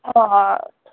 آ